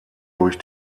durch